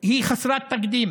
היא חסרת תקדים